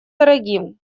дорогим